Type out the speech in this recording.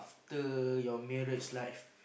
after your marriage life